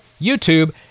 YouTube